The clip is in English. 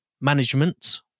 management